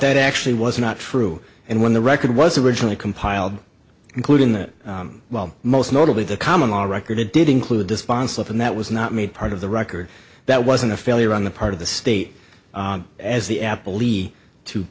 that actually was not true and when the record was originally compiled including that well most notably the common law record it did include the sponsorship and that was not made part of the record that wasn't a failure on the part of the state as the apple